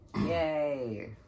Yay